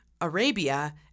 Arabia